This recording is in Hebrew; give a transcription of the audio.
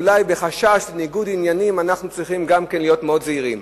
ואולי בחשש לניגוד עניינים אנחנו צריכים גם כן להיות מאוד זהירים,